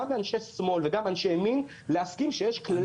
גם מאנשי שמאל וגם מאנשי ימין להסכים שיש כללים.